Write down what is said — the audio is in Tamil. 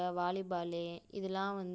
வாலிபாலு இதெல்லாம் வந்து